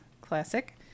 Classic